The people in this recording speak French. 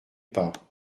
pas